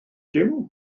dim